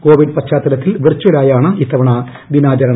Covid പശ്ചാത്തലത്തിൽ virtual ആയാണ് ഇക്കുറി ദിനാചരണം